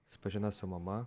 susipažino su mama